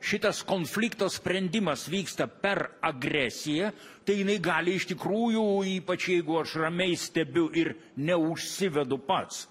šitas konflikto sprendimas vyksta per agresiją tai jinai gali iš tikrųjų ypač jeigu aš ramiai stebiu ir neužsivedu pats